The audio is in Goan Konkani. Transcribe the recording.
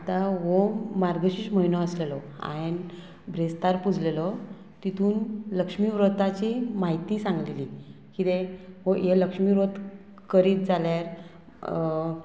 आतां हो मार्गशीश म्हयनो आसलेलो हांवें ब्रेस्तार पुजलेलो तितून लक्ष्मी व्रताची म्हायती सांगलेली किदें हो हे लक्ष्मी व्रत करीत जाल्यार